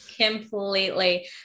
Completely